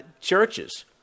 churches